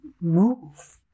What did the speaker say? move